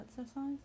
exercise